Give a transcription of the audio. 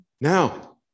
Now